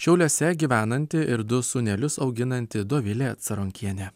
šiauliuose gyvenanti ir du sūnelius auginanti dovilė caronkienė